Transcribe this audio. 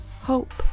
hope